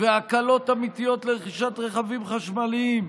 והקלות אמיתיות לרכישת רכבים חשמליים,